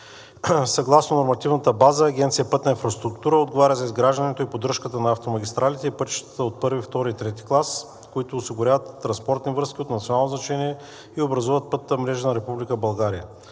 Съгласно нормативната база Агенция „Пътна инфраструктура“ отговаря за изграждането и поддръжката на автомагистралите и пътищата от първи, втори и трети клас, които осигуряват транспортни връзки от национално значение и образуват пътната мрежа на Република България.